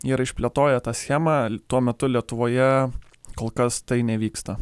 jie yra išplėtoję tą schemą tuo metu lietuvoje kol kas tai nevyksta